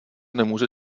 nemůže